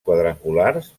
quadrangulars